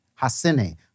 hasene